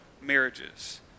marriages